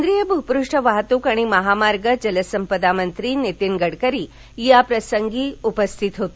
केंद्रीय भूपष्ठवाहतूक आणि महामार्ग जलसंपदा मंत्री नितीन गडकरी याप्रसंगी प्रामख्यानं उपस्थित होते